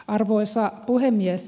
arvoisa puhemies